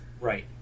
right